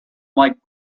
like